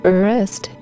Arrest